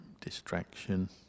distraction